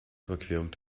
überquerung